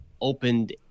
opened